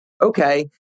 Okay